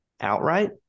outright